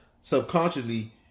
subconsciously